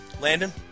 Landon